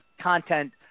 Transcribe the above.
content